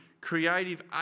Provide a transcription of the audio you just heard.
creative